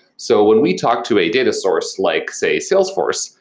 so when we talk to a data source like, say, salesforce,